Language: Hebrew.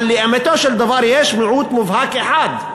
אבל לאמיתו של דבר יש מיעוט מובהק אחד,